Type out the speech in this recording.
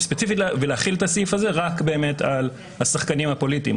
ולהחיל את הסעיף הזה רק על השחקנים הפוליטיים,